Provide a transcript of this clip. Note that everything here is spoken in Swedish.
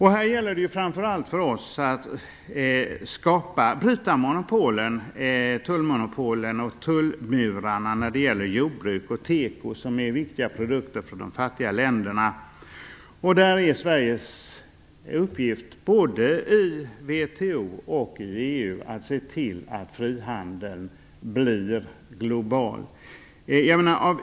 Här gäller det framför allt för oss att bryta tullmonopolen och tullmurarna när det gäller jordbruk och teko, som är viktiga produkter för de fattiga länderna. Där är Sveriges uppgift både i WTO och i EU att se till att frihandeln blir global.